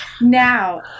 Now